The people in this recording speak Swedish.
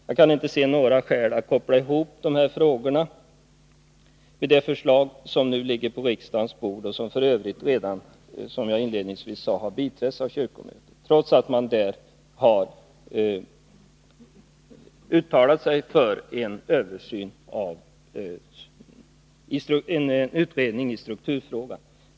Jag kan inte se något skäl för att koppla ihop de frågorna med det förslag som nu ligger på riksdagens bord och som f. ö. redan, som jag inledningsvis sade, har biträtts av kyrkomötet, trots att man där har uttalat sig för en utredning i strukturfrågan.